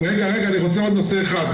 רגע, אני רוצה עוד נושא אחד.